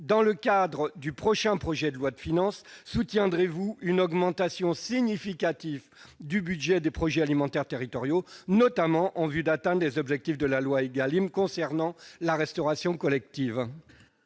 dans le cadre du prochain projet de loi de finances, soutiendrez-vous une augmentation significative du budget des projets alimentaires territoriaux, notamment en vue d'atteindre les objectifs de la loi Égalim concernant la restauration collective ?